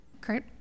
great